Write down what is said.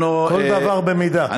כל דבר במידה.